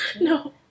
No